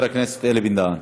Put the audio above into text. חבר הכנסת אלי בן-דהן.